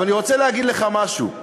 אבל אני רוצה להגיד לך משהו: